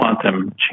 quantum